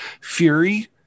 Fury